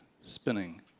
spinning